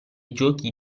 giochi